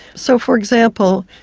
so, for example,